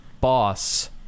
boss